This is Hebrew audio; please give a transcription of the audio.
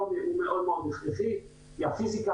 מאוד הכרחי כי הפיסיקה,